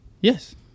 Yes